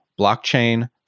blockchain